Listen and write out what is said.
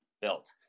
built